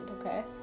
okay